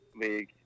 League